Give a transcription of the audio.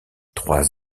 trois